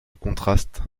contrastes